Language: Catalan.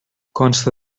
consta